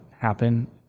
happen